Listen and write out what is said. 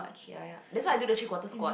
ya ya that's why I do the three quarter squat